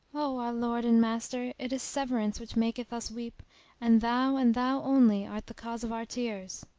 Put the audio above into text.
o our lord and master, it is severance which maketh us weep and thou, and thou only, art the cause of our tears.